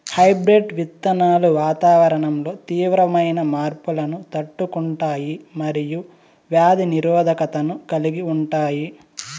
hybrid విత్తనాలు వాతావరణంలో తీవ్రమైన మార్పులను తట్టుకుంటాయి మరియు వ్యాధి నిరోధకతను కలిగి ఉంటాయి